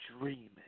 dreaming